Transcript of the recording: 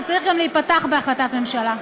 זה צריך גם להיפתח בהחלטת ממשלה.